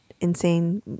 insane